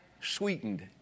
sweetened